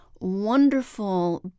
wonderful